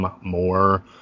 more